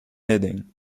inning